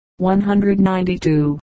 192